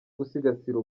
gusigasira